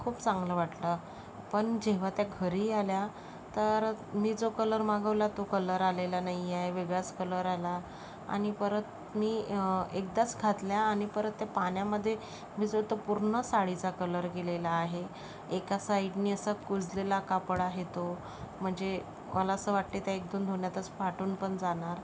खूप चांगलं वाटलं पण जेव्हा त्या घरी आल्या तर मी जो कलर मागवला तो कलर आलेला नाही आहे वेगळाच कलर आला आणि परत मी एकदाच घातल्या आणि परत त्या पाण्यामध्ये मी जो तो पूर्ण साडीचा कलर गेलेला आहे एका साइडनी असं कुजलेला कापड आहे तो म्हणजे मला असं वाटतंय त्या एक दोन धुण्यातच फाटून पण जाणार